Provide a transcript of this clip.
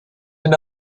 that